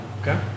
okay